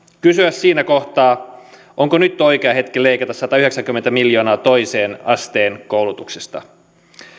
kysyä siinä kohtaa onko nyt oikea hetki leikata satayhdeksänkymmentä miljoonaa toisen asteen koulutuksesta